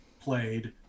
played